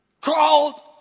Called